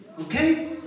Okay